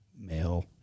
male